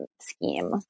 scheme